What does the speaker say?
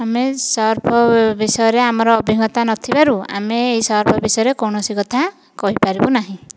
ଆମେ ସର୍ଫ ବିଷୟରେ ଆମର ଅଭିଜ୍ଞତା ନ ଥିବାରୁ ଆମେ ଏହି ସର୍ଫ ବିଷୟରେ କୌଣସି କଥା କହିପାରିବୁ ନାହିଁ